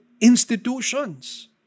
institutions